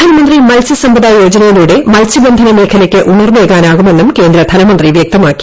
പ്രധാനമന്ത്രി മത്സ്യ സമ്പദാ യോജനയിലൂടെ മത്സ്യബന്ധന മേഖലയ്ക്ക് ഉണർവേകാനാകുമെന്നും കേന്ദ്ര ധനമന്ത്രി വൃക്തമാക്കി